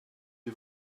est